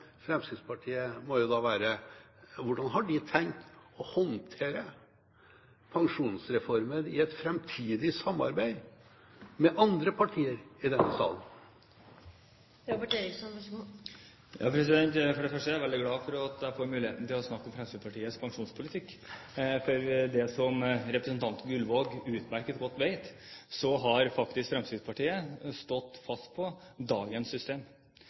Fremskrittspartiet må da være: Hvordan har de tenkt å håndtere Pensjonsreformen i et framtidig samarbeid med andre partier i denne salen? For det første er jeg veldig glad for at jeg får muligheten til å snakke om Fremskrittspartiets pensjonspolitikk. Det representanten Gullvåg utmerket godt vet, er at Fremskrittspartiet faktisk har stått fast på dagens system,